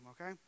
okay